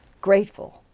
grateful